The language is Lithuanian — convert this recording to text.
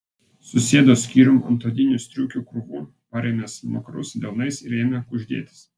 susėdo skyrium ant odinių striukių krūvų parėmė smakrus delnais ir ėmė kuždėtis